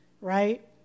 right